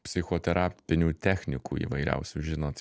psichoterapinių technikų įvairiausių žinot